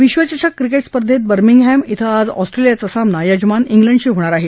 विश्वचषक क्रिकेट स्पर्धेत बर्मिंगहॅम श्री आज ऑस्ट्रेलियाचा सामना यजमान श्रींडशी होणार आहे